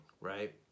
right